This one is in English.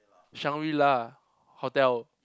Shangri-La hotel